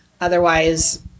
Otherwise